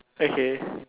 okay